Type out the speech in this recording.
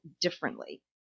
differently